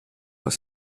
cent